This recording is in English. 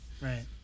right